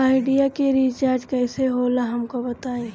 Idea के recharge कईसे होला हमका बताई?